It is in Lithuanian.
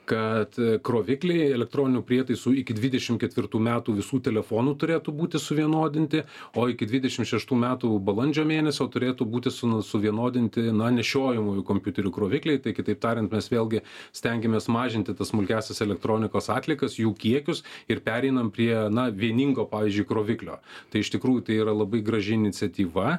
kad krovikliai elektroninių prietaisų iki dvidešimt ketvirtų metų visų telefonų turėtų būti suvienodinti o iki dvidešimt šeštų metų balandžio mėnesio turėtų būti su suvienodinti na nešiojamųjų kompiuterių krovikliai tai kitaip tariant mes vėlgi stengiamės mažinti tas smulkiąsias elektronikos atliekas jų kiekius ir pereinam prie na vieningo pavyzdžiui kroviklio tai iš tikrųjų tai yra labai graži iniciatyva